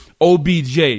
OBJ